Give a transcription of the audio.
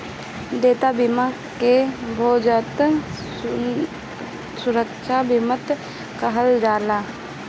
देयता बीमा के भुगतान सुरक्षा बीमा कहल जाला